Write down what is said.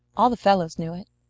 all the fellows knew it,